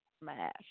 smash